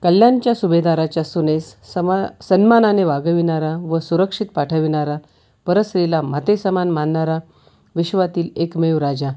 कल्याणच्या सुभेदाराच्या सुनेस समा सन्मानाने वागविणारा व सुरक्षित पाठविणारा परस्रीला मातेसमान मानणारा विश्वातील एकमेव राजा